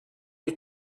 you